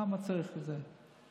למה צריך את זה?